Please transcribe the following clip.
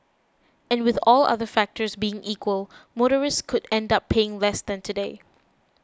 and with all other factors being equal motorists could end up paying less than today